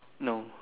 no